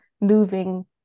moving